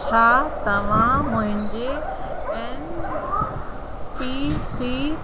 छा तव्हां मुंहिंजे ऐन पी सी